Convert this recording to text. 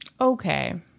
Okay